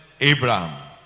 Abraham